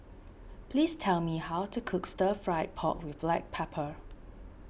please tell me how to cook Stir Fry Pork with Black Pepper